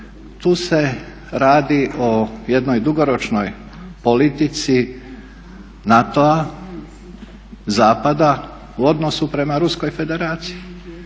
tu se radi o jednoj dugoročnoj politici NATO-a, zapada, u odnosu prema Ruskoj Federaciji.